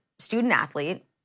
student-athlete